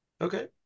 Okay